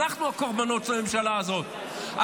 אנחנו הקורבנות של הממשלה הזאת.